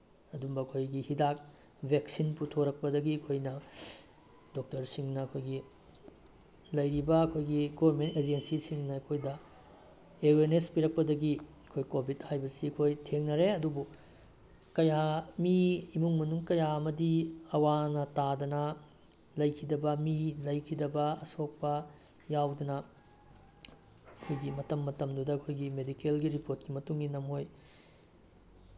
ꯑꯗꯨꯝꯕ ꯑꯩꯈꯣꯏꯒꯤ ꯍꯤꯗꯥꯛ ꯚꯦꯛꯁꯤꯟ ꯄꯨꯊꯣꯔꯛꯄꯗꯒꯤ ꯑꯩꯈꯣꯏꯅ ꯗꯣꯛꯇꯔꯁꯤꯡꯅ ꯑꯩꯈꯣꯏꯒꯤ ꯂꯩꯔꯤꯕ ꯑꯩꯈꯣꯏꯒꯤ ꯒꯣꯔꯃꯦꯟ ꯑꯦꯖꯦꯟꯁꯤꯁꯤꯡꯅ ꯑꯩꯈꯣꯏꯗ ꯑꯦꯋꯦꯌꯔꯅꯦꯁ ꯄꯤꯔꯛꯄꯗꯒꯤ ꯑꯩꯈꯣꯏ ꯀꯣꯚꯤꯠ ꯍꯥꯏꯕꯁꯤ ꯑꯩꯈꯣꯏ ꯊꯦꯡꯅꯔꯦ ꯑꯗꯨꯕꯨ ꯀꯌꯥ ꯃꯤ ꯏꯃꯨꯡ ꯃꯅꯨꯡ ꯀꯌꯥ ꯑꯃꯗꯤ ꯑꯋꯥ ꯑꯅꯥ ꯇꯥꯗꯅ ꯂꯩꯈꯤꯗꯕ ꯃꯤ ꯂꯩꯈꯤꯗꯕ ꯑꯁꯣꯛꯄ ꯌꯥꯎꯗꯅ ꯑꯩꯈꯣꯏꯒꯤ ꯃꯇꯝ ꯃꯇꯝꯗꯨꯗ ꯑꯩꯈꯣꯏꯒꯤ ꯃꯦꯗꯤꯀꯦꯜꯒꯤ ꯔꯤꯄꯣꯔꯠꯛꯤ ꯃꯇꯨꯡ ꯏꯟꯅ ꯃꯣꯏ